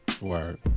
Word